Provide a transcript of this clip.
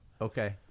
okay